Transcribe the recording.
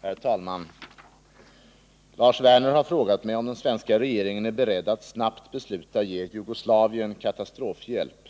Herr talman! Lars Werner har frågat mig om den svenska regeringen är beredd att snabbt besluta ge Jugoslavien katastrofhjälp.